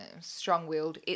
strong-willed